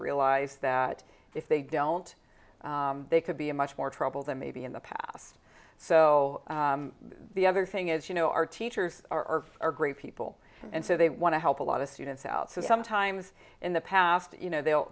realize that if they don't they could be a much more trouble than maybe in the past so the other thing is you know our teachers are our great people and so they want to help a lot of students out so sometimes in the past you know